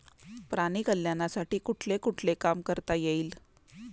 प्राणी कल्याणासाठी कुठले कुठले काम करता येईल?